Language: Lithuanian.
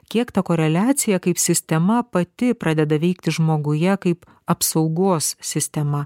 kiek ta koreliacija kaip sistema pati pradeda veikti žmoguje kaip apsaugos sistema